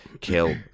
kill